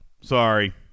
Sorry